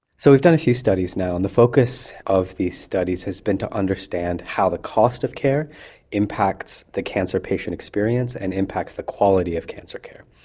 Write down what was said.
so we've got a few studies now, and the focus of these studies has been to understand how the cost of care impacts the cancer patient experience and impacts the quality of cancer care.